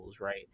right